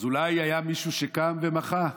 אז אולי היה מישהו שקם ומחה.